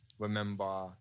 remember